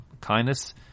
kindness